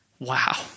Wow